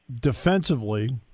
defensively